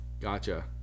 gotcha